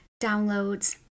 downloads